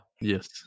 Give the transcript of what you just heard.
Yes